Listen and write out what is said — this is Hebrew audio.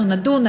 אנחנו נדון,